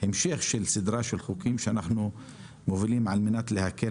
המשך של סדרה של חוקים שאנחנו מובילים על מנת להקל